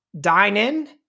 dine-in